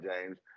James